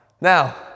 Now